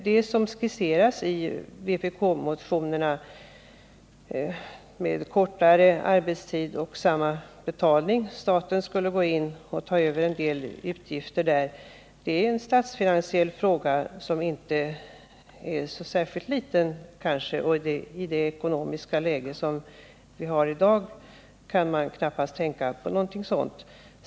Det som skisseras i vpk-motionen — kortare arbetstid och samma betalning, att staten går in och tar över en del utgifter — är en statsfinansiell fråga som inte är så särskilt liten. I det ekonomiska läge vi har i dag kan man knappast tänka på någonting sådant.